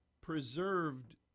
preserved